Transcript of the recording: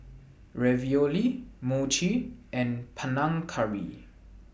Ravioli Mochi and Panang Curry